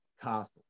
castle